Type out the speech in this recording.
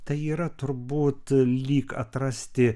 tai yra turbūt lyg atrasti